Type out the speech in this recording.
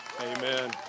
Amen